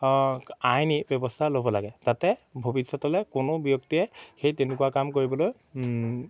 আইনী ব্যৱস্থা ল'ব লাগে যাতে ভৱিষ্যতলে কোনো ব্যক্তিয়ে সেই তেনেকুৱা কাম কৰিবলৈ